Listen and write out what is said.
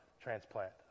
transplant